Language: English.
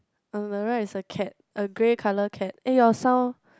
on the right is a cat a grey colour cat eh your sound